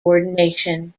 ordination